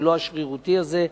ולא המצב השרירותי הזה,